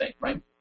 right